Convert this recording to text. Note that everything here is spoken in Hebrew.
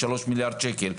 3 מיליארד שקל,